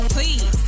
Please